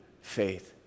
faith